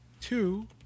two